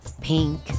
pink